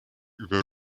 über